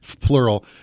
plural